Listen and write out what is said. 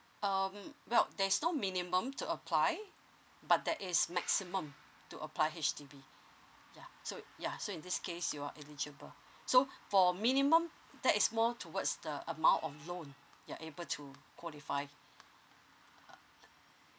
um well there is no minimum to apply but that is maximum to apply H_D_B ya so ya so in this case you are eligible so for minimum that is more towards the amount of loan you are able to qualify uh